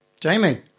Jamie